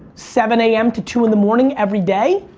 seven a m. to two in the morning every day.